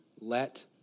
let